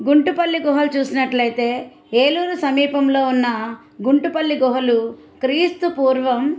గుంటుపల్లి గుహలు చూసినట్లయితే ఏలూరు సమీపంలో ఉన్న గుంటుపల్లి గుహలు క్రీస్తు పూర్వం